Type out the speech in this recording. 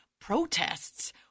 protests